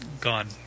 gone